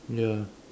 ya